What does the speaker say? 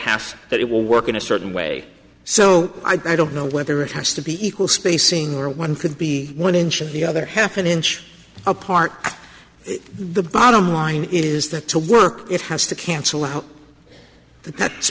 lf that it will work in a certain way so i don't know whether it has to be equal spacing or one could be one inch and the other half an inch apart the bottom line is that to work it has to cancel out that's